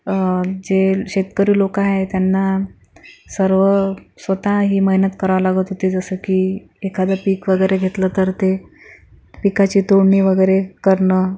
जे शेतकरी लोक आहे त्यांना सर्व स्वतः ही मेहनत करावी लागत होती त्याच्यासाठी एखादं पिक वगैरे घेतलं तर पिकाची तोडणी वगैरे करणं